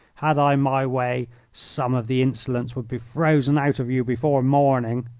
had i my way some of the insolence would be frozen out of you before morning.